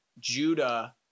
Judah